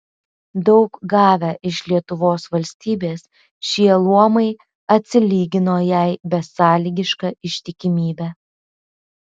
daug gavę iš lietuvos valstybės šie luomai atsilygino jai besąlygiška ištikimybe